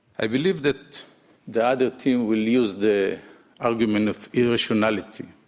i believe that the other team will use the argument of irrationality.